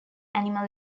animal